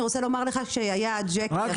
אני רוצה לומר לך שכשהיה ג'קי אחי --- רק